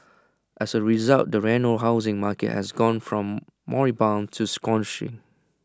as A result the Reno housing market has gone from moribund to scorching